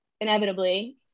inevitably